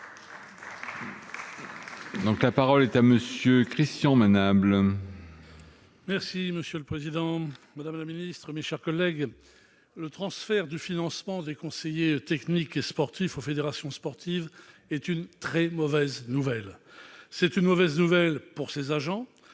La parole est à M. Christian Manable.